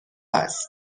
است